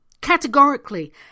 categorically